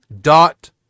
dot